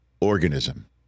organism